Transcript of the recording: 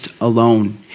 Alone